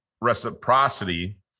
reciprocity